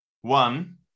One